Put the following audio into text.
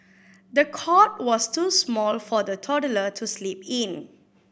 the cot was too small for the toddler to sleep in